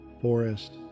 forest